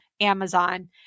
Amazon